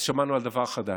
ושמענו על דבר חדש.